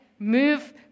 move